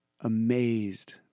amazed